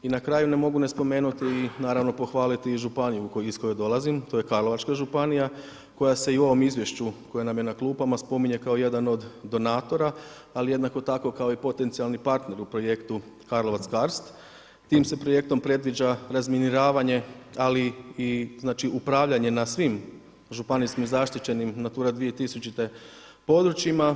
I na kraju ne mogu ne spomenuti i naravno pohvaliti županiju iz koje dolazim, to je Karlovačka županija koja se i u ovom izvješću koja nam je na klupama spominje kao jedan od donatora, ali jednako tako kao i potencijalni partner u projektu Karlovac Karst tim se projektom predviđa razminiravanje, ali i upravljanje na svim županijskim zaštićenim Natura 2000. područjima.